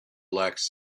lacks